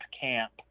camp